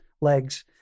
legs